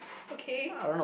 okay